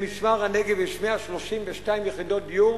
במשמר-הנגב יש 132 יחידות דיור,